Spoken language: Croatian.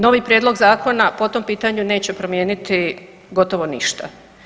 Novi prijedlog zakona po tom pitanju neće promijeniti gotovo ništa.